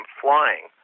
flying